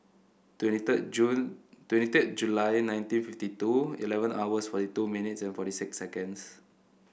twenty third June twenty thrid July nineteen fifty two eleven hours forty two minutes forty six second